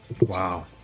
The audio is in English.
Wow